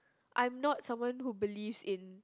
I'm not someone who believes in